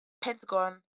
Pentagon